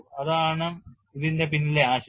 അതാണ് ഇതിന്റെ പിന്നിലെ ആശയം